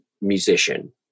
musician